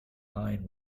line